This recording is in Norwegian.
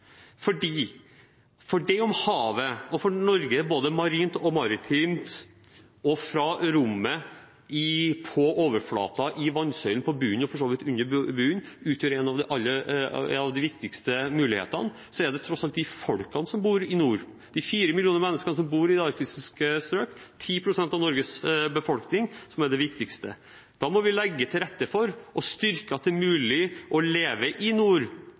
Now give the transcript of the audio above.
For selv om havet – for Norge både marint og maritimt, fra rommet, på overflaten, i vannsøylen, på bunnen og for så vidt under bunnen – utgjør en av de viktigste mulighetene, er det tross alt folkene som bor i nord, de fire millioner menneskene som bor i arktiske strøk, 10 pst. av Norges befolkning, som er det viktigste. Da må vi legge til rette og styrke muligheten for å leve i nord for folkene som bor i nord,